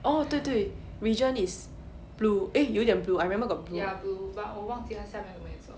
orh 对对 regent is blue eh 有一点 blue I remember got blue